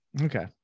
Okay